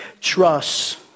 trust